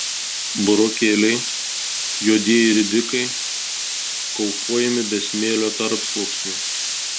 burokėliai juodieji ridikai kaupuojami be smėlio tarpsluoksnių